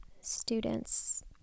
students